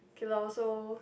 K loh so